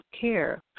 care